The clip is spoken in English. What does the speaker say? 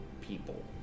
people